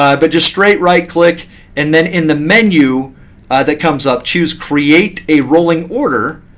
ah but just straight right click and then in the menu that comes up, choose create a rolling order.